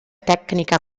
tecnica